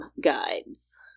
guides